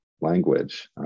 language